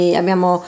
abbiamo